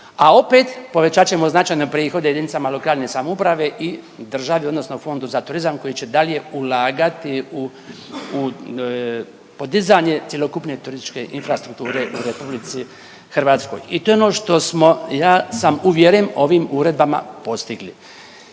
a opet povećat ćemo značajno prihode jedinicama lokalne samouprave i državi odnosno Fondu za turizam koji će dalje ulagati u podizanje turističke infrastrukture u RH i to je ono što smo ja sam uvjeren ovim uredbama postigli.